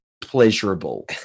pleasurable